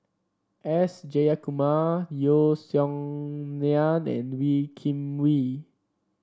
S Jayakumar Yeo Song Nian and Wee Kim Wee